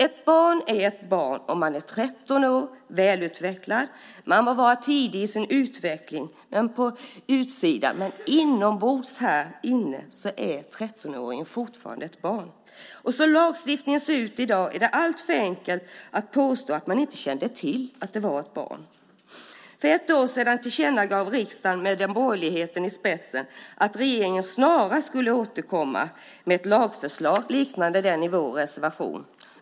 Man är ett barn om man är 13 år och välutvecklad. Man må vara tidig i sin utveckling på utsidan, men inombords är 13-åringen fortfarande ett barn. Som lagstiftningen ser ut i dag är det alltför enkelt att påstå att man inte kände till att det var ett barn. För ett år sedan tillkännagav riksdagen, med borgerligheten i spetsen, att regeringen snarast skulle återkomma med ett lagförslag liknande det i vår reservation.